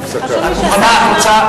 חשוב לי שהשר ישמע.